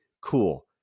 cool